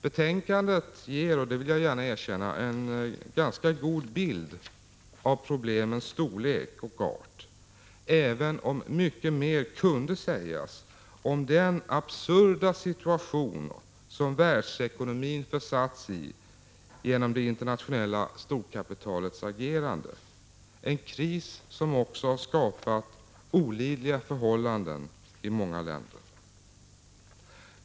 Betänkandet ger — det vill jag gärna erkänna — en ganska god bild av problemens storlek och art, även om mycket mer kunde sägas om den absurda situation som världsekonomin försatts i genom det internationella storkapitalets agerande — en kris som skapat olidliga förhållanden i många länder.